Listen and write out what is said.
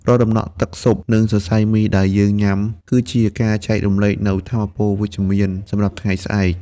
រាល់តំណក់ទឹកស៊ុប និងសរសៃមីដែលយើងញ៉ាំ គឺជាការចែករំលែកនូវថាមពលវិជ្ជមានសម្រាប់ថ្ងៃស្អែក។